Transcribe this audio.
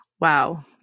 Wow